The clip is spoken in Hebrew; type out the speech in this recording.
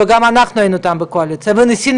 וגם אנחנו היינו איתם בקואליציה וניסינו